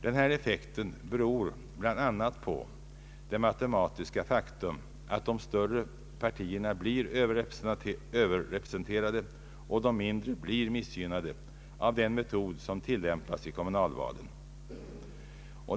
Denna effekt beror bl.a. på det matematiska faktum att de större partierna blir överrepresenterade och de mindre blir missgynnade av den metod som tillämpas i kommunalvalen.